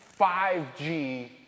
5G